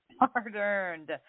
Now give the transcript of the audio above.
Hard-earned